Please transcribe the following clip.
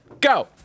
Go